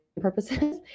purposes